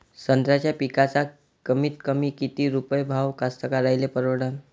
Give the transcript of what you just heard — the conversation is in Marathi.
संत्र्याचा पिकाचा कमीतकमी किती रुपये भाव कास्तकाराइले परवडन?